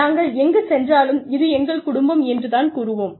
நாங்கள் எங்கு சென்றாலும் இது எங்கள் குடும்பம் என்று தான் கூறுவோம்